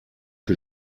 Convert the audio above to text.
que